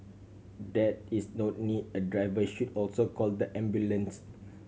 there is no need a driver should also call the ambulance